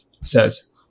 says